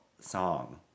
song